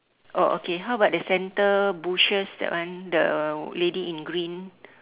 oh okay how about the center bushes that one the lady in green